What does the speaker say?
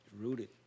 Rooted